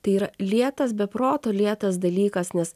tai yra lėtas be proto lėtas dalykas nes